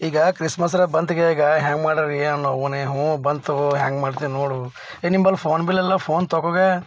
ಈಗ ಕ್ರಿಸ್ಮಸ್ ಎಲ್ಲ ಬಂತ್ಗೆ ಈಗ ಹ್ಯಾಂಗ ಮಾಡಾರೀ ನಾವು ಹ್ಞೂ ಬಂತು ಹ್ಯಾಂಗ ಮಾಡ್ತಿ ನೋಡು ಹೇ ನಿಂಬಳಿ ಫೋನ್ ಬಿಲ್ಲೆಲ್ಲ ಫೋನ್ ತಗೋ ಬೆ